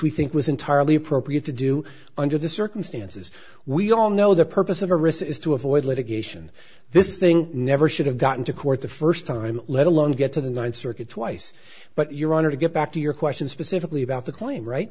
we think was entirely appropriate to do under the circumstances we all know the purpose of a risk is to avoid litigation this thing never should have gotten to court the first time let alone get to the ninth circuit twice but your honor to get back to your question specifically about the claim right